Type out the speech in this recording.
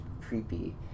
creepy